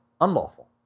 unlawful